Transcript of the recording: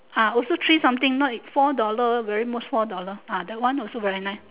ah also three something not four dollar very most four dollar ah that one also very nice